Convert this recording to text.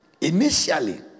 Initially